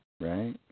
Right